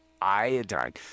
iodine